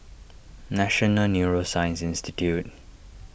National Neuroscience Institute